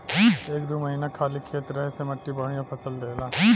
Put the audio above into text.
एक दू महीना खाली खेत रहे से मट्टी बढ़िया फसल देला